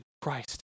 Christ